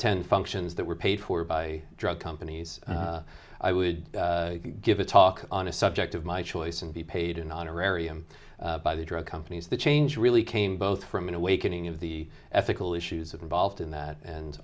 tend functions that were paid for by drug companies i would give a talk on a subject of my choice and be paid an honorarium by the drug companies the change really came both from an awakening of the ethical issues involved in that and